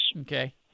Okay